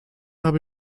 habe